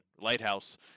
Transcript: Lighthouse